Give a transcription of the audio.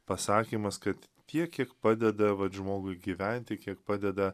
pasakymas kad tiek kiek padeda vat žmogui gyventi kiek padeda